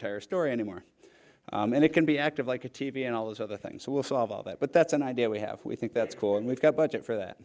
entire story anymore and it can be active like a t v and all those other things will solve all that but that's an idea we have we think that's cool and we've got budget for that